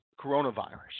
coronavirus